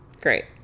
great